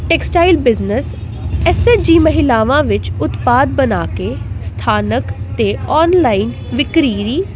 textile business S G ਮਹਿਲਾਵਾਂ ਵਿੱਚ ਉਤਪਾਦ ਬਣਾ ਕੇ ਸਥਾਨਕ ਅਤੇ ਆਨਲਾਈਨ ਵਿਕਰੀ